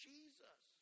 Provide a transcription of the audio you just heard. Jesus